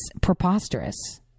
preposterous